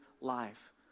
life